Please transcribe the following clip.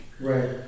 Right